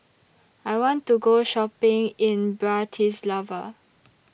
I want to Go Shopping in Bratislava